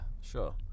sure